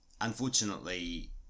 unfortunately